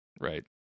Right